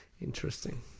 Interesting